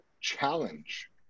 challenge